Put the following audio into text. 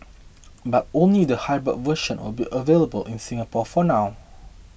but only the hybrid version will be available in Singapore for now